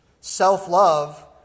Self-love